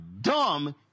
dumb